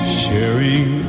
sharing